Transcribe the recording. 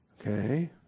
okay